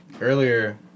Earlier